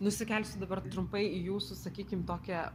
nusikelsiu dabar trumpai į jūsų sakykim tokią